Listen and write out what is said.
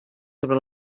sobre